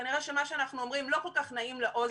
כנראה שמה שאנחנו אומרים לא כל כך נעים לאוזן.